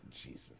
Jesus